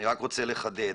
אני רק רוצה לחדד.